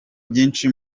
byinshi